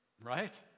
Right